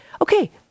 Okay